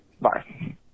Bye